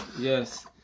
Yes